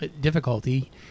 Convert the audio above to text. difficulty